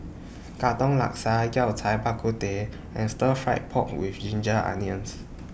Katong Laksa Yao Cai Bak Kut Teh and Stir Fried Pork with Ginger Onions